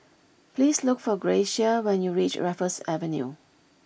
please look for Gracia when you reach Raffles Avenue